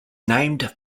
named